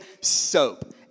Soap